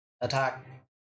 attack